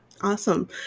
Awesome